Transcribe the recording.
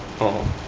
oh